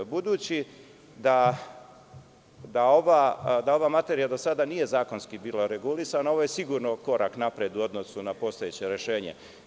Budući da ova materija do sada nije bila zakonski regulisana, ovo je sigurno korak napred u odnosu na postojeće rešenje.